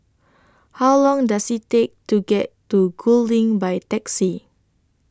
How Long Does IT Take to get to Gul LINK By Taxi